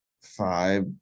five